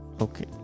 Okay